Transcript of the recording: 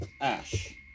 Ash